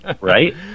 Right